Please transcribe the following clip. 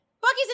Bucky's